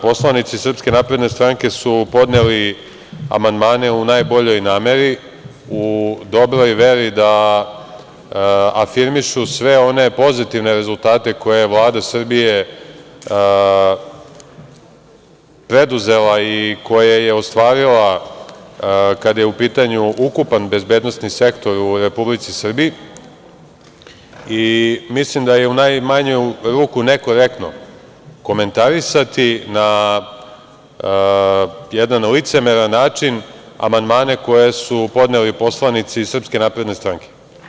Poslanici SNS su podneli amandmane u najboljoj nameri, u dobroj veri da afirmišu sve one pozitivne rezultate koje je Vlada Srbija preduzela i koje je ostvarila kada je u pitanju ukupan bezbednosni sektor u Republici Srbiji i mislim da je u najmanju ruku nekorektno komentarisati na jedan licemeran način amandmane koje su podneli poslanici SNS.